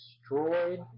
destroyed